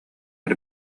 эрэ